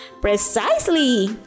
Precisely